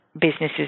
businesses